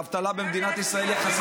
האבטלה במדינת ישראל יחסית,